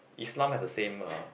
Islam has a same uh